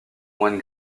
moine